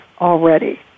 already